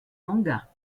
manga